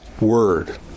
word